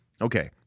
Okay